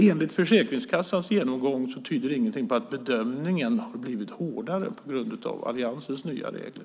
Enligt Försäkringskassans genomgång tyder, som sagt, ingenting på att bedömningen har blivit hårdare på grund av alliansens nya regler.